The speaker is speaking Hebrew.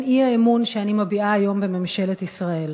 האי-אמון שאני מביעה היום בממשלת ישראל,